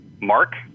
mark